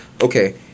okay